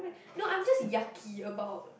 no I'm just yucky about